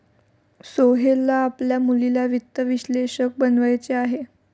सोहेलला आपल्या मुलीला वित्त विश्लेषक बनवायचे आहे